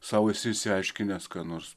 sau esi išsiaiškinęs kad nors